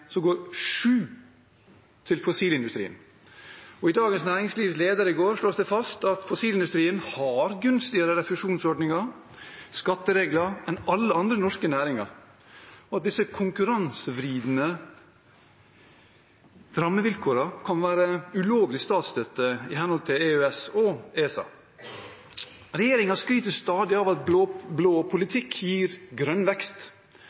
går 7 kr til fossilindustrien. I Dagens Næringslivs leder i går slås det fast at fossilindustrien har mer gunstige refusjonsordninger og skatteregler enn alle andre norske næringer, og at disse konkurransevridende rammevilkårene kan være ulovlig statsstøtte i henhold til EØS og ESA. Regjeringen skryter stadig av at blå-blå politikk gir grønn vekst.